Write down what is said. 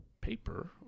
paper